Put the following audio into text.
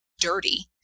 dirty